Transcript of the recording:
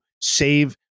save